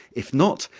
if not,